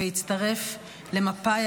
והצטרף למפא"י,